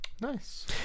Nice